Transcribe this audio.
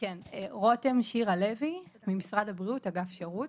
משרד הבריאות מפעיל חמישה מרכזי זכויות